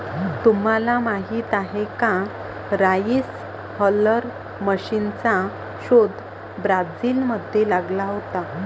तुम्हाला माहीत आहे का राइस हलर मशीनचा शोध ब्राझील मध्ये लागला होता